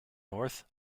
north